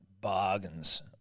bargains